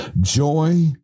Joy